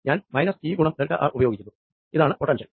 ഞാൻ മൈനസ് ഈ ഗുണം ഡെൽറ്റ ആർ ഉപയോഗിക്കുന്നു ഇതാണ് പൊട്ടൻഷ്യൽ